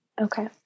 Okay